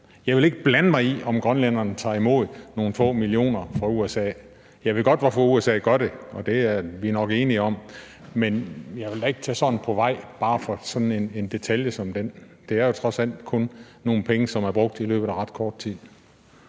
Jeg vil ikke blande mig i, om grønlænderne tager imod nogle få millioner fra USA. Jeg ved godt, hvorfor USA gør det – og det er vi nok enige om – men jeg vil da ikke tage sådan på vej bare for sådan en detalje som den. Det er jo trods alt kun nogle penge, som er brugt i løbet af ret kort tid.